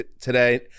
today